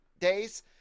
days